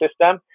system